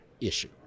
issue